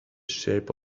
shape